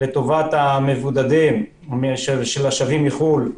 לטובת המבודדים השבים מחו"ל,